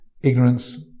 ignorance